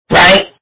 right